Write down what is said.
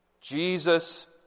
Jesus